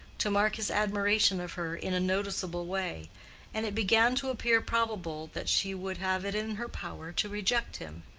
to mark his admiration of her in a noticeable way and it began to appear probable that she would have it in her power to reject him,